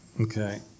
Okay